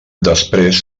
després